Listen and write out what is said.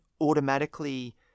automatically